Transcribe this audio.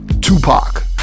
Tupac